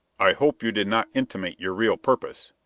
i hope you did not intimate your real purpose?